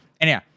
Anyhow